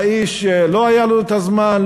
האיש לא היה לו הזמן,